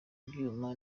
ibyuma